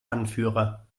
anführer